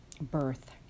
birth